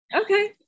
okay